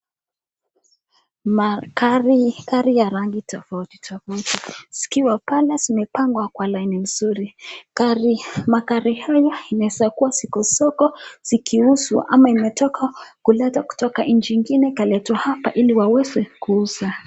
Magari ya rangi tofauti tofauti zikiwa pale zimepangwa kwa laini nzuri magari haya inaezakuwa ziko soko zikiuzwa ama imetoka kuletwa kutoka nchi ingine kaletwa hapa ili waweze kuuza.